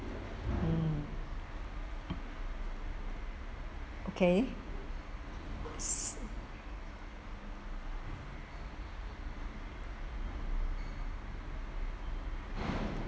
mm okay